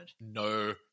no